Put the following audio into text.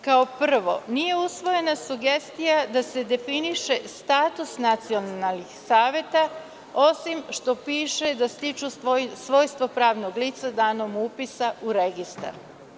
Kao prvo, nije usvojena sugestija da se definiše status nacionalnih saveta, osim što piše da stiču svojstvo pravnog lica danom upisa u registar.